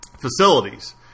facilities